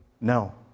No